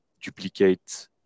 duplicate